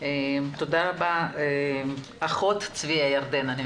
תודה רבה צביה ירדן.